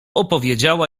opowiedziała